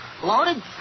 Loaded